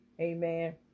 amen